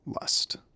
lust